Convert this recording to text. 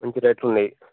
మంచి రేట్లున్నయి